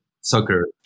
soccer